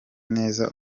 neza